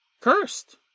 cursed